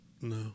No